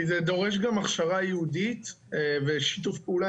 כי זה דרוש גם הכשרה ייעודית ושיתוף פעולה